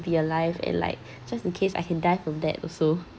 be alive and like just in case I can die from that also